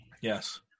Yes